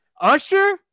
Usher